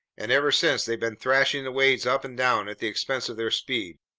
and ever since they've been thrashing the waves up and down, at the expense of their speed.